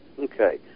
Okay